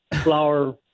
flower